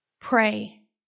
Pray